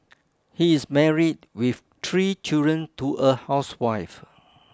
he is married with three children to a housewife